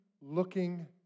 looking